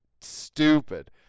stupid